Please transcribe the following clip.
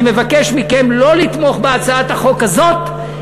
אני מבקש מכם לא לתמוך בהצעת החוק הזאת,